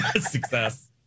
success